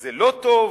זה לא טוב